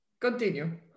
continue